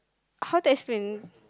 how text friend